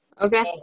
Okay